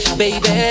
baby